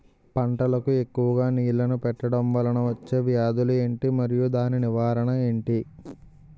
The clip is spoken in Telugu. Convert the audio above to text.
పంటలకు ఎక్కువుగా నీళ్లను పెట్టడం వలన వచ్చే వ్యాధులు ఏంటి? మరియు దాని నివారణ ఏంటి?